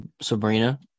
Sabrina